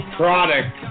product